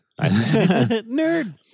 Nerd